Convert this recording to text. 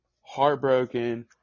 heartbroken